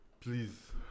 Please